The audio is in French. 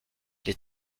les